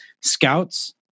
scouts